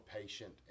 patient